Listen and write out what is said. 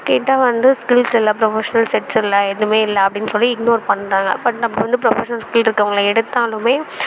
கேட்டால் வந்து ஸ்கில்ஸ் இல்லை ப்ரொஃபஷனல் செட்ஸ் இல்லை எதுவுமே இல்லை அப்படினு சொல்லி இக்னோர் பண்ணுறாங்க பட் நம்ம வந்து ப்ரொஃபஷனல்ஸ் ஸ்கில் இருக்கவங்களை எடுத்தாலுமே